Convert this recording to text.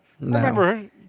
remember